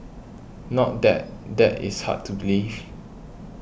not that that is hard to believe